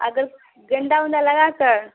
अगर गेंदा उँदा लगाकर